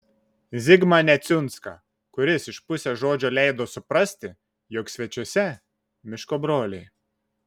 zigmą neciunską kuris iš pusės žodžio leido suprasti jog svečiuose miško broliai